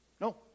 No